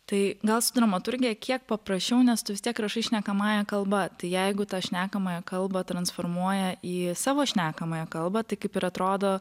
tai gal su dramaturgija kiek paprasčiau nes tu vis tiek rašai šnekamąja kalba tai jeigu tą šnekamąją kalbą transformuoja į savo šnekamąją kalbą tai kaip ir atrodo